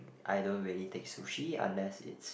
I don't really take sushi unless it's